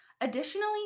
Additionally